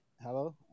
Hello